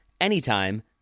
anytime